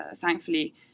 Thankfully